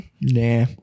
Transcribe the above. nah